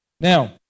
Now